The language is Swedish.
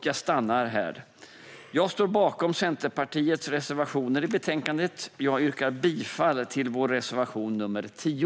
Jag står bakom Centerpartiets reservationer i betänkandet, men jag yrkar bifall endast till vår reservation 10.